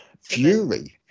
fury